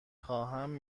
خواهم